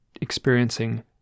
experiencing